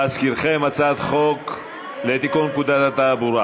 להזכירכם, הצעת חוק לתיקון פקודת התעבורה,